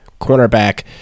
cornerback